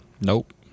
Nope